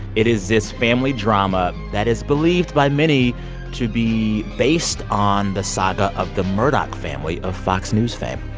it is this family drama that is believed by many to be based on the saga of the murdoch family of fox news fame.